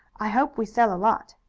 i hope we sell a lot.